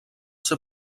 ser